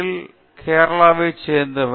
நான் கேரளாவைச் சேர்ந்தவன்